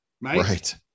Right